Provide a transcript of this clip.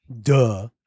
Duh